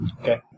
Okay